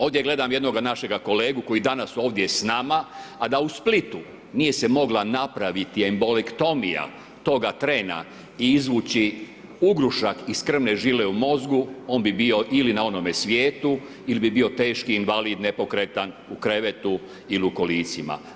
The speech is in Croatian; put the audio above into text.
Ovdje gledam jednoga našega kolegu koji je danas ovdje s nama, a da u Splitu nije se mogla napraviti embolektomija tog trena i izvući ugrušak iz krvne žile u mozgu on bi bio, ili na onome svijetu, ili bi bio teški invalid, nepokretan, u krevetu ili u kolicima.